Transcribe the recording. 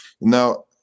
Now